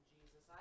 Jesus